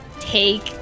take